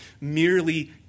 merely